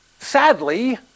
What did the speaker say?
Sadly